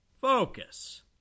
focus